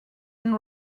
and